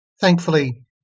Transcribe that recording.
Thankfully